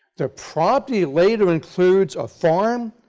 the property later includes a farm,